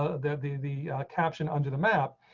that the the caption under the map.